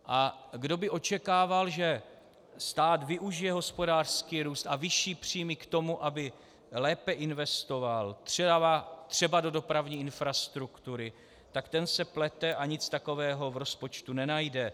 A kdo by očekával, že stát využije hospodářský růst a vyšší příjmy k tomu, aby lépe investoval třeba do dopravní infrastruktury, tak ten se plete a nic takového v rozpočtu nenajde.